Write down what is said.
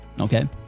okay